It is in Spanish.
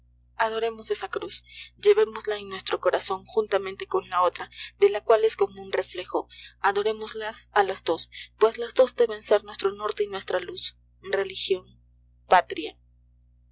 adoremos esa cruz llevémosla en nuestro corazón juntamente con la otra de la cual es como un reflejo adorémoslas a las dos pues las dos deben ser nuestro norte y nuestra luz religión patria